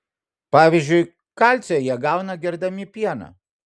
pavyzdžiui kalcio jie gauna gerdami pieną